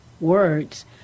words